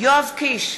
יואב קיש,